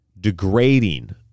degrading